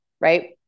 right